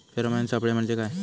Pheromone सापळे म्हंजे काय?